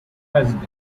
president